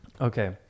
Okay